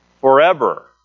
Forever